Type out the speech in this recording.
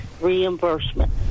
reimbursement